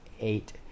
eight